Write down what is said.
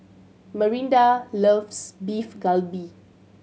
Marinda loves Beef Galbi